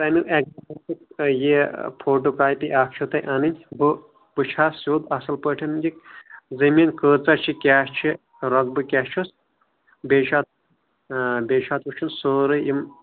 تَمیُک اگریمینٹُک یہ فوٹو کاپی اکھ چھو تۄہہِ اَنٕنۍ بہ وٕچھٕ ہا سیوٚد اصل پٲٹھۍ یہِ زٔمیٖن کۭژہ چھِ کیاہ چھِ رۄقبہ کیاہ چُھس بیٚیہِ چھُ اتھ وٕچھُن بیٚیہِ چھِ اتھ وٕچھُن سٲری